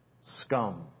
scum